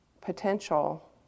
potential